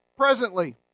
presently